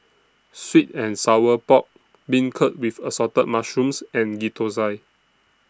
Sweet and Sour Pork Beancurd with Assorted Mushrooms and Ghee Thosai